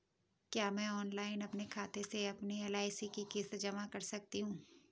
क्या मैं ऑनलाइन अपने खाते से अपनी एल.आई.सी की किश्त जमा कर सकती हूँ?